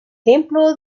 templo